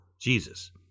Jesus